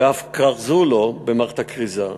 ואף כרזו לו במערכת הכריזה.